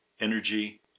energy